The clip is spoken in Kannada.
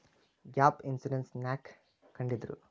ಗ್ಯಾಪ್ ಇನ್ಸುರೆನ್ಸ್ ನ್ಯಾಕ್ ಕಂಢಿಡ್ದ್ರು?